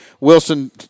Wilson